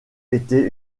était